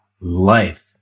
Life